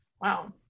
wow